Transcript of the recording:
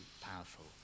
powerful